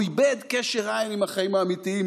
הוא איבד קשר עין עם החיים האמיתיים,